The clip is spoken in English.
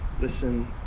Listen